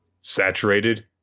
saturated